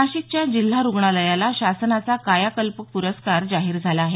नाशिकच्या जिल्हा रुग्णालयाला शासनाचा कायाकल्प पुरस्कार जाहीर झाला आहे